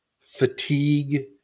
fatigue